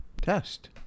Test